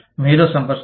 మేధో సంపత్తి